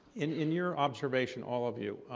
in in your observation, all of you,